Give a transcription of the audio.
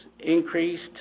Increased